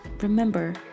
remember